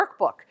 workbook